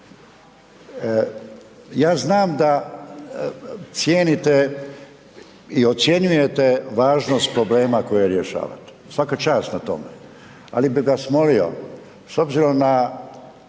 Ja znam da cijenite i ocjenjujete važnost problema koje rješavate, svaka čast na tome. Ali bih vas molio, s obzirom na